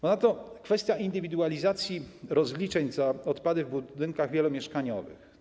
Ponadto kwestia indywidualizacji rozliczeń za odpady w budynkach wielomieszkaniowych.